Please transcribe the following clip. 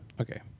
Okay